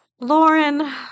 Lauren